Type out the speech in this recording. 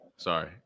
sorry